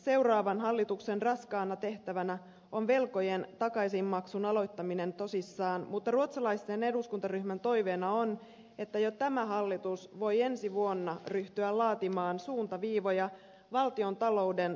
seuraavan hallituksen raskaana tehtävänä on velkojen takaisinmaksun aloittaminen tosissaan mutta ruotsalaisen eduskuntaryhmän toiveena on että jo tämä hallitus voi ensi vuonna ryhtyä laatimaan suuntaviivoja valtiontalouden tasapainottamiseksi